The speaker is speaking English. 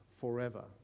forever